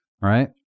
right